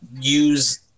use